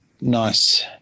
nice